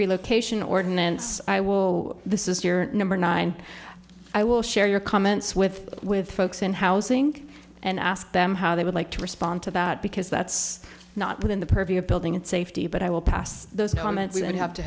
relocation ordinance i will this is your number nine i will share your comments with with folks in housing and ask them how they would like to respond to that because that's not within the purview of building and safety but i will pass those comments and have to